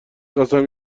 قسم